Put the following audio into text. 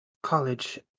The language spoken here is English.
college